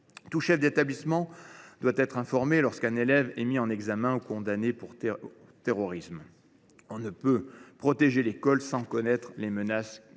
tout chef d’établissement devra être informé lorsqu’un élève est mis en examen ou condamné pour terrorisme. On ne peut protéger l’école sans connaître les menaces qui pèsent